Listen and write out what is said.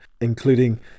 including